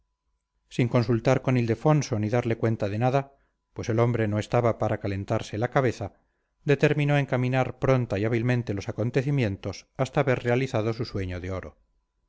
sin consultar con ildefonso ni darle cuenta de nada pues el hombre no estaba para calentarse la cabeza determinó encaminar pronta y hábilmente los acontecimientos hasta ver realizado su sueño de oro